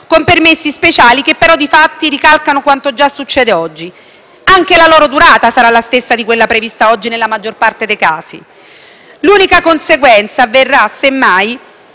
con permessi speciali che però di fatto ricalcano quanto già succede oggi. Anche la loro durata sarà la stessa di quella prevista oggi nella maggior parte dei casi. L'unica conseguenza sarà, semmai,